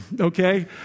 okay